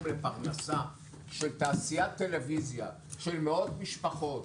שקלים לפרנסה של תעשיית טלוויזיה של מאות משפחות,